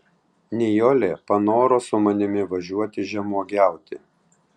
nijolė panoro su manimi važiuoti žemuogiauti